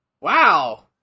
Wow